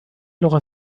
لغة